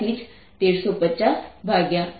3×13503×108 છે તે 135×10 8 N અથવા 1